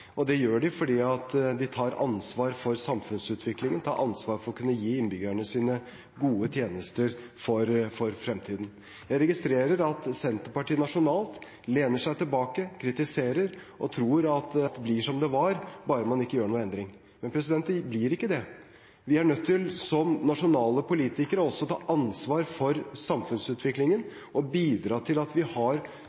Det gjør de fordi de tar ansvar for samfunnsutviklingen, tar ansvar for å kunne gi innbyggerne sine gode tjenester for fremtiden. Jeg registrerer at Senterpartiet nasjonalt lener seg tilbake, kritiserer og tror at alt blir som det var bare man ikke gjør noen endring. Men slik blir det ikke. Vi er nødt til, som nasjonale politikere, å ta ansvar for samfunnsutviklingen